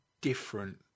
different